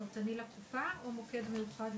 פרטני לקופה או מוקד מיוחד לכל מקום?